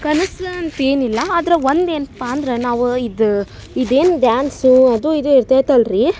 ಕನಸು ಅಂತೇನು ಇಲ್ಲ ಆದ್ರ ಒಂದು ಏನಪ್ಪ ಅಂದ್ರ ನಾವು ಇದ ಇದೇನು ಡ್ಯಾನ್ಸೂ ಅದು ಇದು ಇರ್ತೈತೆ ಅಲ್ರೀ